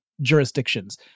jurisdictions